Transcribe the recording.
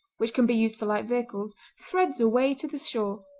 which can be used for light vehicles, threads a way to the shore,